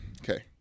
Okay